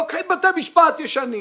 לוקחים בתי משפט ישנים,